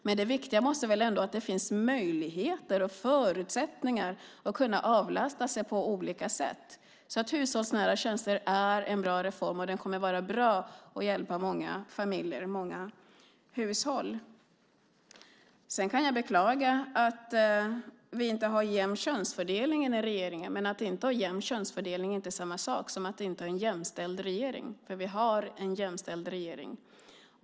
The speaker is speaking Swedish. Men det viktiga måste väl ändå vara att det finns möjligheter och förutsättningar för att avlasta sig på olika sätt. Hushållsnära tjänster är en bra reform, och den kommer att vara bra när det gäller att hjälpa många familjer och många hushåll. Jag kan beklaga att vi inte har jämn könsfördelning i regeringen. Men det är inte samma sak som att inte ha en jämställd regering. Vi har en jämställd regering.